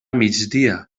migdia